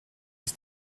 ist